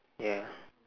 ya